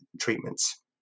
treatments